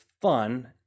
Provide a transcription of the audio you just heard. fun